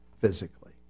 Physically